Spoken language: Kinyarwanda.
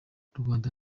rwanda